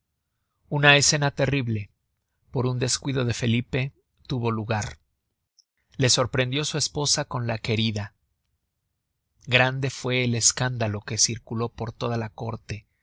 una escena terrible por un descuido de felipe tuvo lugar le sorprendió su esposa con la querida grande fue el escándalo que circuló por toda la córte